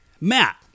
Matt